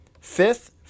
fifth